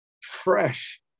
fresh